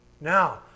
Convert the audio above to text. now